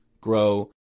grow